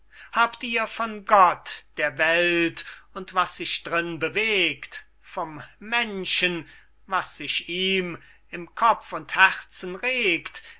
habt ihr von gott der welt und was sich d'rin bewegt vom menschen was sich ihm in kopf und herzen regt